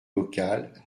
local